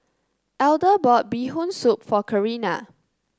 Elder bought Bee Hoon Soup for Carina